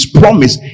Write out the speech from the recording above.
promise